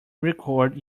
record